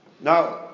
now